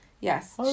Yes